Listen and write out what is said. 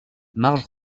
marge